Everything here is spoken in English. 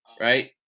right